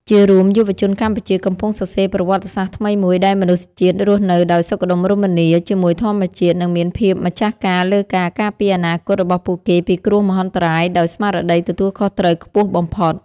ជារួម យុវជនកម្ពុជាកំពុងសរសេរប្រវត្តិសាស្ត្រថ្មីមួយ ដែលមនុស្សជាតិរស់នៅដោយសុខដុមរមនាជាមួយធម្មជាតិ និងមានភាពម្ចាស់ការលើការការពារអនាគតរបស់ពួកគេពីគ្រោះមហន្តរាយដោយស្មារតីទទួលខុសត្រូវខ្ពស់បំផុត។